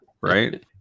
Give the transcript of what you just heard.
Right